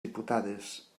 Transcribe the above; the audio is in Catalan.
diputades